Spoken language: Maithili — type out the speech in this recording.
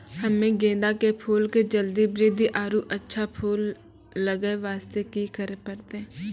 हम्मे गेंदा के फूल के जल्दी बृद्धि आरु अच्छा फूल लगय वास्ते की करे परतै?